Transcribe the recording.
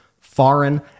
foreign